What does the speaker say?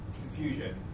confusion